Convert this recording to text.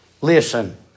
Listen